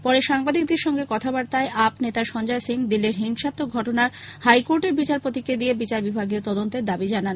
পরেসাংবাদিকদের সঙ্গে কথাবার্তায় আপ নেতা সঞ্জয় সিং দিল্লীর হিংসাত্মক ঘটনারহাইকোর্টের বিচারপতিকে দিয়ে বিচার বিভাগীয় তদন্ত দাবী করেন